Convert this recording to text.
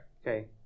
Okay